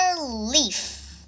leaf